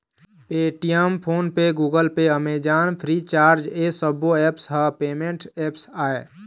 Paytm, PhonePe, Google Pay, Amazon, Freecharge ए सब्बो apps ह पेमेंट ऐप्स आय